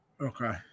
Okay